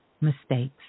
mistakes